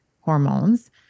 hormones